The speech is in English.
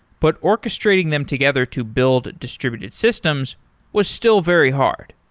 but orchestrating them together to build distributed systems was still very hard.